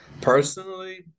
Personally